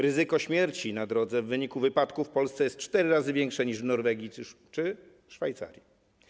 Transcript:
Ryzyko śmierci na drodze w wyniku wypadku jest w Polsce cztery razy większe niż w Norwegii czy Szwajcarii.